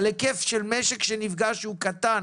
על היקף משק שנפגע שהוא קטן,